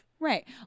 Right